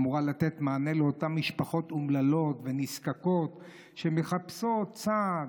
אמורה לתת מענה לאותן משפחות אומללות ונזקקות שמחפשות סעד,